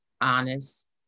honest